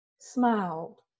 smiled